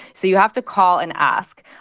so you have to call and ask.